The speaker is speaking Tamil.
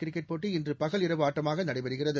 கிரிக்கெட் போட்டி இந்தியா இன்றுபகல் இரவு ஆட்டமாகநடைபெறுகிறது